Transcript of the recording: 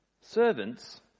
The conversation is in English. servants